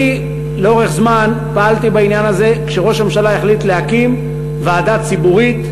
אני לאורך זמן פעלתי בעניין הזה כשראש הממשלה החליט להקים ועדה ציבורית,